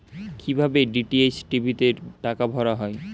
কি ভাবে DTH TV তে টাকা ভরা হয়?